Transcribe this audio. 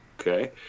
Okay